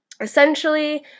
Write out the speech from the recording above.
essentially